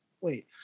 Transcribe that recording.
wait